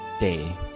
day